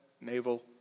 naval